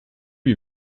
lui